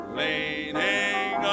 leaning